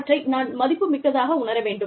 அவற்றை நான் மதிப்பு மிக்கதாக உணர வேண்டும்